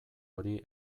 hori